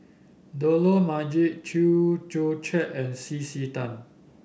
Dollah Majid Chew Joo Chiat and C C Tan